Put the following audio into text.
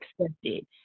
accepted